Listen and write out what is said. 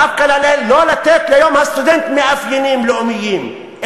דווקא לא לתת ליום הסטודנט מאפיינים לאומיים,